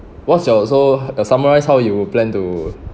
what's your so uh summarise how you plan to